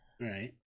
right